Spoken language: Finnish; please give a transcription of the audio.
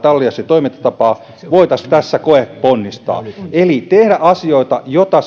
allianssin toimintatapaa voitaisiin tässä koeponnistaa eli tehdä asioita joita